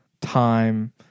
time